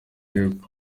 y’uko